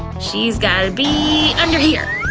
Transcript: she's gotta be under here!